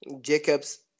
Jacobs